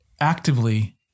actively